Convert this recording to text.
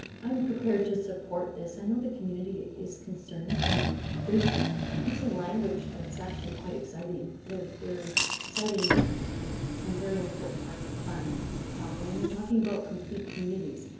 i'm prepared to support this. i know the community is concerned, and they're using language that's actually quite exciting. they're they're citing some very important parts of planet calgary, and they're talking about complete communities.